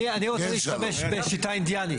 אני רוצה להשתמש בשיטה האינדיאנית.